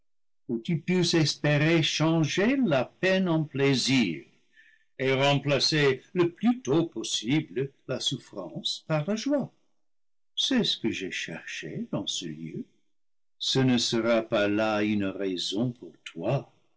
espérer changer la peine en plaisir et remplacer le plus tôt possible la souffrance par la joie c'est ce que j'ai cherché dans ce lieu ce ne sera pas là une raison pour toi